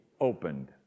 opened